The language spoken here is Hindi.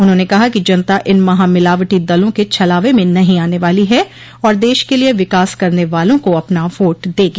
उन्होंने कहा कि जनता इन महामिलावटी दलों के छलावे में नहीं आने वाली है और देश के लिये विकास करने वालों को अपना वोट देगी